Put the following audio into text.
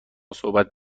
صحبت